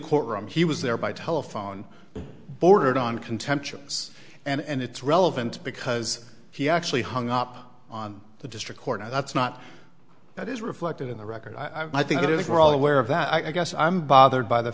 courtroom he was there by telephone bordered on contemptuous and it's relevant because he actually hung up on the district court and that's not that is reflected in the record i think it is we're all aware of that i guess i'm bothered by the